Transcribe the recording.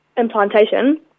implantation